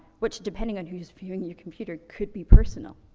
which depending on who's viewing your computer could be personal.